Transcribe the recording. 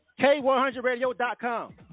K100radio.com